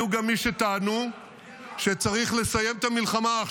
שסייעה לנו מאוד בתחילת המלחמה,